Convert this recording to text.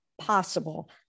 possible